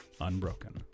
unbroken